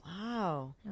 Wow